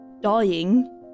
dying